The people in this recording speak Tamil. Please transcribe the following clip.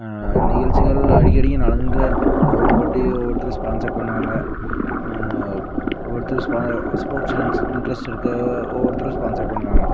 நிகழ்ச்சிகள் அடிக்கடிக்கு நடந்துட்டு தான் இருக்கும் ஒவ்வொரு போட்டி ஒவ்வொருத்தர் ஸ்பான்ஸர் பண்ணுவாங்க ஒவ்வொருத்தருர் ஸ்பா ஸ்போர்ட்ஸில் இன் இன்ட்ரஸ்ட் இருக்க ஒவ்வொருத்தரும் ஸ்பான்ஸர் பண்ணுவாங்க